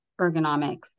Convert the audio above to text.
ergonomics